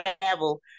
travel